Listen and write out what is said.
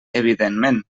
evidentment